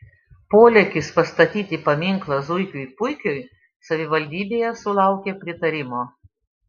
polėkis pastatyti paminklą zuikiui puikiui savivaldybėje sulaukė pritarimo